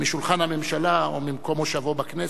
משולחן הממשלה או ממקום מושבו בכנסת,